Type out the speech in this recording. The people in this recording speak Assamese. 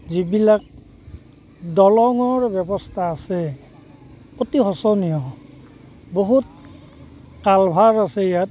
যিবিলাক দলঙৰ ব্যৱস্থা আছে অতি শোচনীয় বহুত কালভাৰ আছে ইয়াত